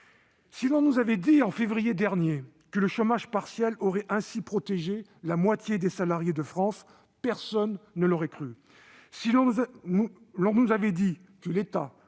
Si l'on nous avait dit en février dernier que le chômage partiel aurait ainsi protégé la moitié des salariés de France, personne ne l'aurait cru. Si l'on nous avait dit que l'État